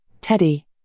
Teddy